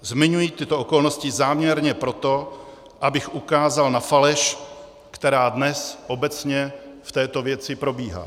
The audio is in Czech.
Zmiňuji tyto okolnosti záměrně proto, abych ukázal na faleš, která dnes obecně v této věci probíhá.